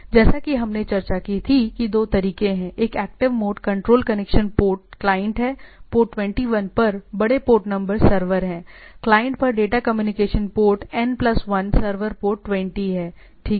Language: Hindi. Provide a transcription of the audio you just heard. जैसा कि हमने चर्चा की थी कि दो तरीके हैं एक active mode control connection port client है पोर्ट 21 पर बड़े पोर्ट नंबर सर्वर हैं क्लाइंट पर data communication port N plus 1 server port 20 है ठीक है